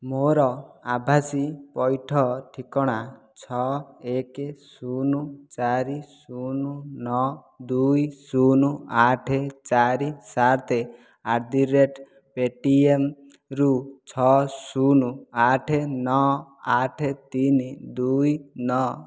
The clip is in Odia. ମୋର ଆଭାସି ପଇଠ ଠିକଣା ଛଅ ଏକ ଶୂନ ଚାରି ଶୂନ ନଅ ଦୁଇ ଶୂନ ଆଠ ଚାରି ସାତ ଆଟ୍ ଦି ରେଟ୍ ପେଟିଏମ୍ରୁ ଛଅ ଶୂନ ଆଠ ନଅ ଆଠ ତିନି ଦୁଇ ନଅ